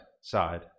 side